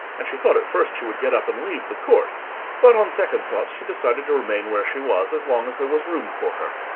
and she thought at first she would get up and leave the court but on second thoughts she decided to remain where she was as long as there was room for her.